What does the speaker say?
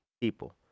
people